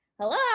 hello